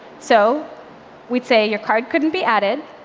so we'd say, your card couldn't be added,